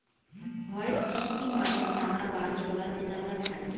white chickpea মানে চানা বা ছোলা যেটা আমরা খায়